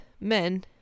Men